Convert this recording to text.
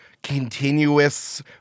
continuous